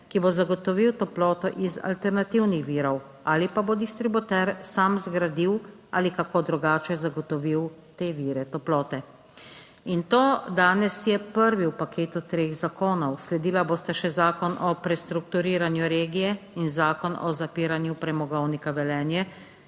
ki bo zagotovil toploto iz alternativnih virov ali pa bo distributer sam zgradil ali kako drugače zagotovil te vire toplote. In to danes je prvi v paketu treh zakonov. Sledila bosta še zakon o prestrukturiranju regije in zakon o zapiranju premogovnika Velenje